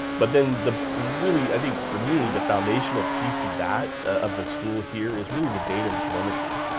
but then the the really, i think for me, the foundational piece of that, of the stool here, is really the data and telemetry.